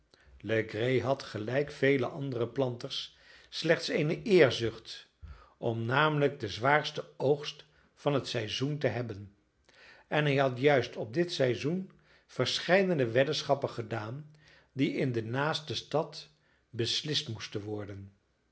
legree had gelijk vele andere planters slechts eene eerzucht om namelijk den zwaarsten oogst van het seizoen te hebben en hij had juist op dit seizoen verscheidene weddenschappen gedaan die in de naaste stad beslist moesten worden